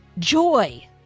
Joy